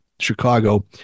Chicago